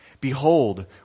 Behold